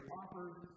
offers